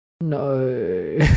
no